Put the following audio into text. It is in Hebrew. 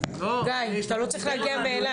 אתה לא צריך להגיע מאילת.